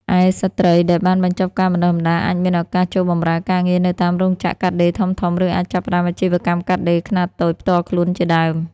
ឯ ស្ត្រីដែលបានបញ្ចប់ការបណ្តុះបណ្តាលអាចមានឱកាសចូលបម្រើការងារនៅតាមរោងចក្រកាត់ដេរធំៗ ឬអាចចាប់ផ្តើមអាជីវកម្មកាត់ដេរខ្នាតតូចផ្ទាល់ខ្លួនជាដើម។